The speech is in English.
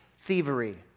thievery